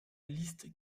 liste